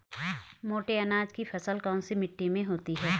मोटे अनाज की फसल कौन सी मिट्टी में होती है?